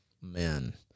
men